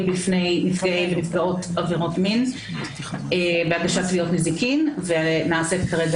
בפני נפגעי ונפגעות עבירות מין בהגשת תביעות נזיקין וכרגע